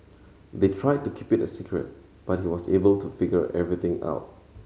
they tried to keep it a secret but he was able to figure everything out